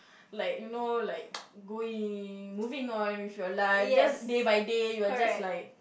like you know like going moving on with your life just day by day you're just like